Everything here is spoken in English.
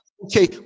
Okay